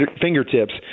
fingertips